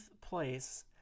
place